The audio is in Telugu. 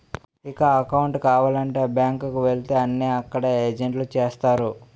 ఇక అకౌంటు కావాలంటే బ్యాంకు కు వెళితే అన్నీ అక్కడ ఏజెంట్లే చేస్తారు